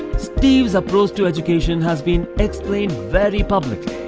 steve's approach to education has been explained very publicly.